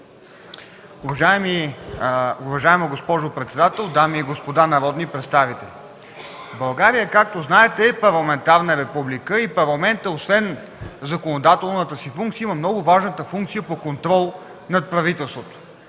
Уважаема госпожо председател, дами и господа народни представители! България, както знаете, е парламентарна република и Парламентът, освен законодателната си функция, има много важната функция по контрол над правителството.